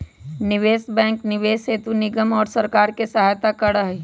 निवेश बैंक निवेश हेतु व्यक्ति निगम और सरकार के सहायता करा हई